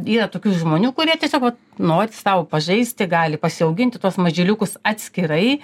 yra tokių žmonių kurie tiesiog vat nori sau pažaisti gali pasiauginti tuos mažyliukus atskirai